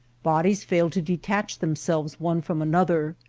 bodies fail to detach themselves one from another,